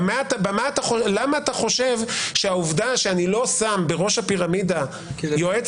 למה אתה חושב שהעובדה שאני לא שם בראש הפירמידה יועץ